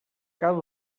cada